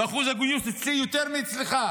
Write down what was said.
ואחוז הגיוס אצלי יותר מאצלך.